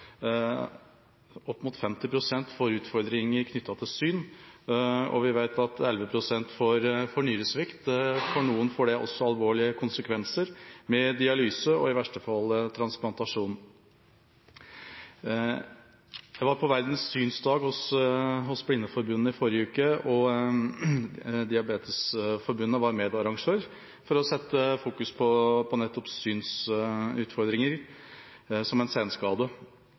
Opp mot 50 pst. får utfordringer knyttet til syn, og vi vet at 11 pst. får nyresvikt. For noen får det alvorlige konsekvenser, med dialyse og i verste fall transplantasjon. Jeg var på Verdens synsdag hos Blindeforbundet i forrige uke. Diabetesforbundet var medarrangør for å sette fokus på nettopp synsutfordringer som en senskade.